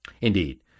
Indeed